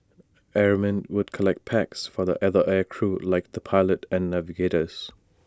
airmen would collect packs for the other air crew like the pilot and navigators